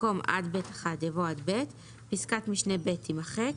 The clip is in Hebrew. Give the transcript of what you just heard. במקום "עד (ב1)" יבוא "עד (ב)"; פסקת משנה (ב) תימחק,